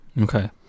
Okay